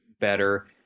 better